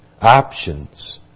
options